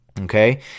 Okay